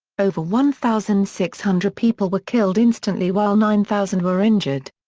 over one thousand six hundred people were killed instantly while nine thousand were injured.